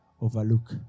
overlook